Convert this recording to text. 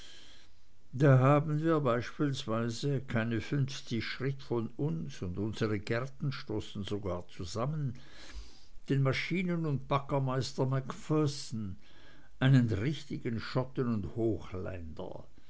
da haben wir beispielsweise keine fünfzig schritt von uns und unsere gärten stoßen sogar zusammen den maschinen und baggermeister macpherson einen richtigen schotten und hochländer